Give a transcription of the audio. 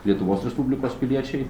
lietuvos respublikos piliečiai